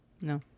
No